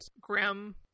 grim